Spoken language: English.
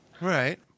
Right